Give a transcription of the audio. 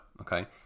Okay